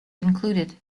included